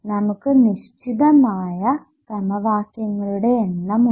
നമുക്ക് നിശ്ചിതമായ സമവാക്യങ്ങളുടെ എണ്ണം ഉണ്ട്